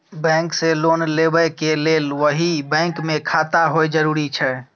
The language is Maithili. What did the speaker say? बैंक से लोन लेबै के लेल वही बैंक मे खाता होय जरुरी छै?